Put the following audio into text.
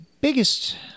biggest